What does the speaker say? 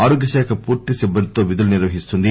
ఆరోగ్యశాఖ పూర్తి సిబ్బందితో విధులు నిర్వహిస్తుంది